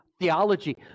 theology